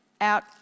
out